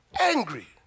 angry